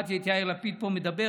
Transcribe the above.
שמעתי את יאיר לפיד פה מדבר,